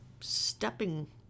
stepping